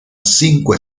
cinco